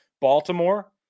Baltimore